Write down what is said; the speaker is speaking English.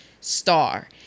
star